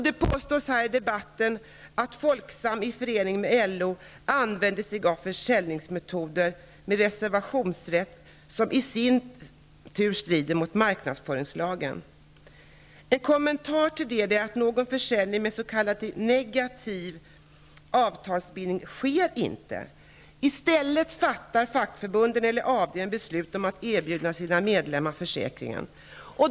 Det påstås här i debatten att Folksam i förening med LO använder sig av försäljningsmetoder med reservationsrätt, vilket i sin tur strider mot marknadsföringslagen. Min kommentar till detta är att det inte sker någon försäljning med s.k. negativ avtalsbindning. Det är i stället fackförbunden eller avdelningarna som själva fattar beslut om att erbjuda sina medlemmar försäkringen.